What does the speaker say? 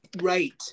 Right